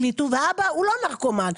והאבא הוא לא נרקומן,